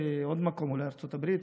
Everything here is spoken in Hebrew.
אולי ארצות הברית,